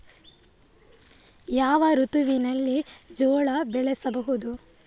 ಯಾವ ಋತುವಿನಲ್ಲಿ ಜೋಳ ಬೆಳೆಸಬಹುದು?